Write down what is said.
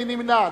מי נמנע?